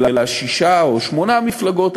אלא שש או שמונה מפלגות,